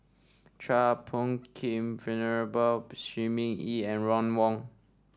Chua Phung Kim Venerable Shi Ming Yi and Ron Wong